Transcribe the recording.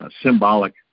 symbolic